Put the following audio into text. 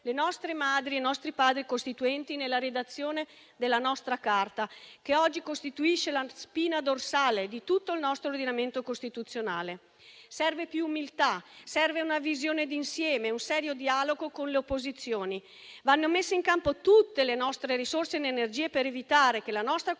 le nostre Madri e i nostri Padri costituenti nella redazione della nostra Carta, che oggi costituisce la spina dorsale di tutto il nostro ordinamento costituzionale. Serve più umiltà, serve una visione d'insieme, un serio dialogo con le opposizioni; vanno messe in campo tutte le nostre risorse ed energie per evitare che la nostra Costituzione,